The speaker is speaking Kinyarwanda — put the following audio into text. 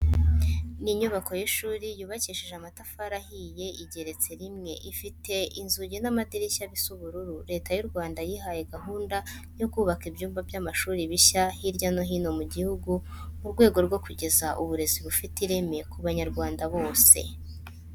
Ni inyubako y'ishuri yubakishije amatafari ahiye igeretse rimwe, ifite inzugi n'amadirishya bisa ubururu. Leta y'u Rwanda yihaye gahunda yo kubaka ibyumba by'amashuri bishya hirya no hino mu gihugu mu rwego rwo kugeza uburezi bufite ireme ku banyarwanda bose.